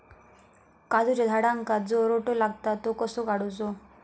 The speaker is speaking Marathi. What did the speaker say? काजूच्या झाडांका जो रोटो लागता तो कसो काडुचो?